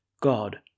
God